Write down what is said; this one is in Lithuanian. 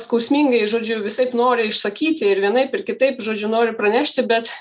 skausmingai žodžiu visaip nori išsakyti ir vienaip ir kitaip žodžiu nori pranešti bet